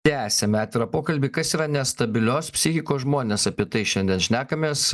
tęsiam atvirą pokalbį kas yra nestabilios psichikos žmonės apie tai šiandien šnekamės